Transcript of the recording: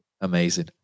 amazing